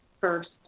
first